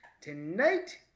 tonight